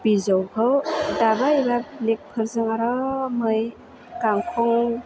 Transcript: बिजौखौ दाबा एबा ब्लेकफोरजों आरामै गांखं